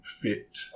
fit